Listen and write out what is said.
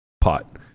pot